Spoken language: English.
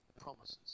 promises